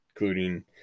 including